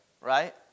right